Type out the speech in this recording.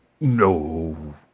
No